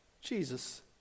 Jesus